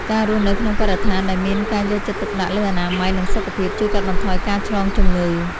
ការរស់នៅក្នុងបរិស្ថានដែលមានការយកចិត្តទុកដាក់លើអនាម័យនិងសុខភាពជួយកាត់បន្ថយការឆ្លងជំងឺ។